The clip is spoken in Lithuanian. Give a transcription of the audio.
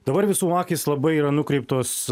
dabar visų akys labai yra nukreiptos